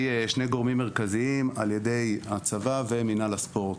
שני גורמים מרכזיים: הצבא ומינהל הספורט.